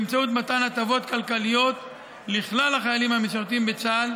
באמצעות מתן הטבות כלכליות לכלל החיילים המשרתים בצה"ל,